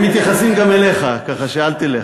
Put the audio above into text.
הם מתייחסים גם אליך, ככה שאל תלך.